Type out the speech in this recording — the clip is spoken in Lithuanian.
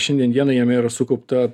šiandien dienai jame yra sukaupta